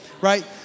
right